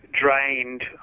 drained